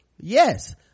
yes